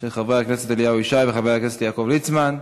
של חבר הכנסת אליהו ישי וחבר הכנסת יעקב ליצמן.